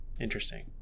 Interesting